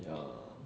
ya